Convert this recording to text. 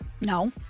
No